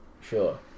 Sure